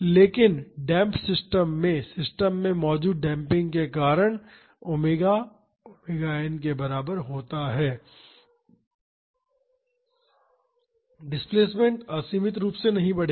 लेकिन damped systems में system में मौजूद डेम्पिंग के कारण ओमेगा ओमेगा एन के बराबर होता है डिस्प्लेसमेंट असीमित रूप से नहीं बढ़ेगा